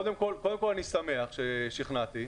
קודם כל, אני שמח ששכנעתי.